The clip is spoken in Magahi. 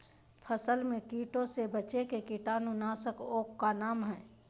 फसल में कीटों से बचे के कीटाणु नाशक ओं का नाम?